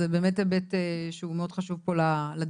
זה באמת היבט שהוא מאוד חשוב פה לדיון.